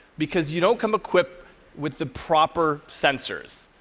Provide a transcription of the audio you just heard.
because you don't come equipped with the proper sensors.